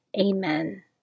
Amen